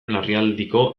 larrialdiko